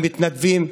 למתנדבים,